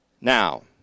Now